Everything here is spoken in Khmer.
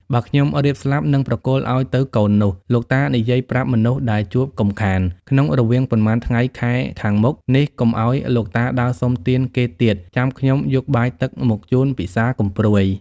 បើខ្ញុំរៀបស្លាប់នឹងប្រគល់ឱ្យទៅកូននោះ លោកតានិយាយប្រាប់មនុស្សដែលជួបកុំខាន ក្នុងរវាងប៉ុន្មានថ្ងៃខែខាងមុខនេះកុំឱ្យលោកតាដើរសុំទានគេទៀតចាំខ្ញុំយកបាយទឹក មកជូនពិសាកុំព្រួយ ”។